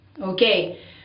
okay